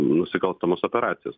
nusikalstamas operacijas